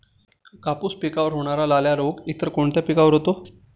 कापूस पिकावर होणारा लाल्या रोग इतर कोणत्या पिकावर होतो?